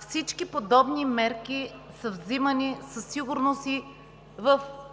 Всички подобни мерки са взимани със сигурност и в